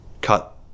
cut